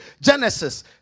Genesis